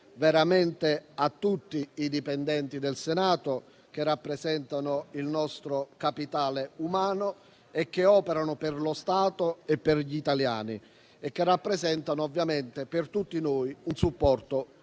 veramente a tutti i dipendenti del Senato, che rappresentano il nostro capitale umano e che operano per lo Stato e per gli italiani, rappresentando per tutti noi un supporto